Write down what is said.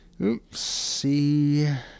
oopsie